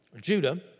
Judah